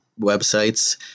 websites